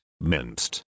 minced